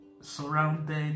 surrounded